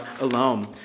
alone